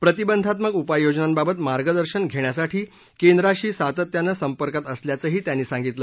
प्रतिबंधात्मक उपाययोजनांबाबत मार्गदर्शन धेण्यासाठी केंद्राशी सातत्यानं संपर्कात असल्याचंही त्यांनी सांगितलं